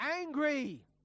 angry